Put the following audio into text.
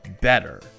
better